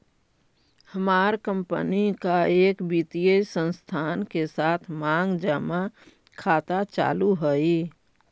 हमार कंपनी का एक वित्तीय संस्थान के साथ मांग जमा खाता चालू हई